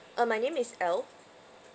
uh my name is elle